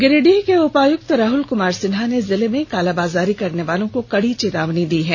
गिरिडीह के उपायुक्त राहुल कुमार सिन्हा ने जिले में कालाबाजारी करनेवालों को कड़ी चेतावनी दी है